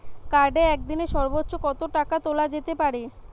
কার্ডে একদিনে সর্বোচ্চ কত টাকা তোলা যেতে পারে?